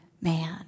man